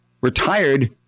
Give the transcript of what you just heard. retired